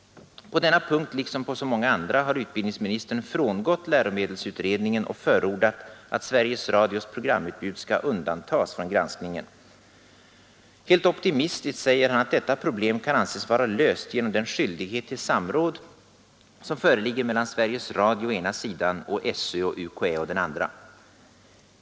På denna punkt liksom på så många andra har utbildningsministern frångått läromedelsutredningens förslag och förordat att Sveriges Radios programutbud skall undantas från granskningen. Helt optimistiskt säger han att detta problem kan anses vara löst genom den skyldighet till samråd som föreligger mellan Sveriges Radio å ena sidan och skolöverstyrelsen och UKÄ å den andra.